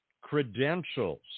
credentials